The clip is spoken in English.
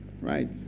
Right